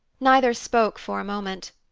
neither spoke for a moment,